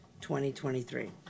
2023